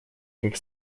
как